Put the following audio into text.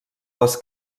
les